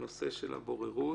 בנושא של הבוררות.